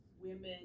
women